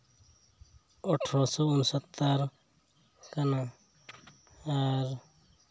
ᱟᱴᱷᱨᱚᱥᱚ ᱩᱱᱩᱥᱚᱛᱛᱚᱨ ᱠᱟᱱᱟ ᱟᱨ